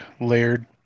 layered